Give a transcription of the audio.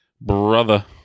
Brother